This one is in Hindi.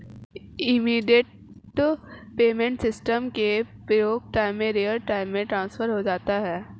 इमीडिएट पेमेंट सिस्टम के प्रयोग से रियल टाइम में फंड ट्रांसफर हो जाता है